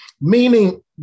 Meaning